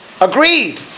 agreed